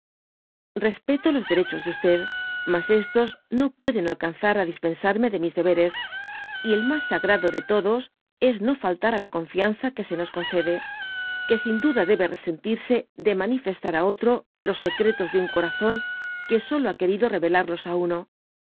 respeto los derechos de mas estos no pueden alcanzar á dispensarme de mis deberes y el mas sagrado de todos es no faltar á la confianza que se nos concede que sin duda debe resentirse de manifestar á otro los secretos de un corazón que solo ha querido revelarlos á uno